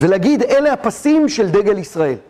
ולהגיד, אלה הפסים של דגל ישראל.